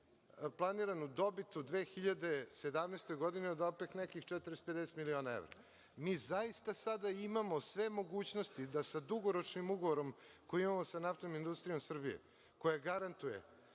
planiranu dobit u 2017. godini od, opet nekih 40 ili 50 miliona evra. Mi zaista sada imamo sve mogućnosti da sa dugoročnim ugovorom koji imamo sa Naftnom industrijom Srbijom, koja garantuje